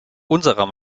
unserer